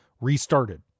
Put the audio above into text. restarted